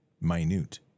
minute